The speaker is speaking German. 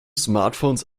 smartphones